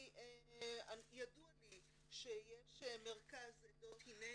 ידוע לי שיש מרכז עדות הנני,